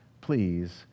please